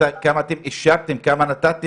אנחנו מדברים